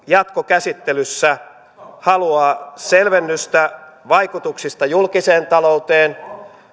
jatkokäsittelyssä haluaa selvennystä vaikutuksista julkiseen talouteen